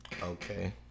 Okay